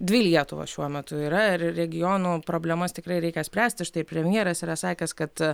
dvi lietuvos šiuo metu yra ir regionų problemas tikrai reikia spręsti štai premjeras yra sakęs kad